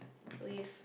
with